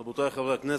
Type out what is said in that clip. תודה, רבותי חברי הכנסת,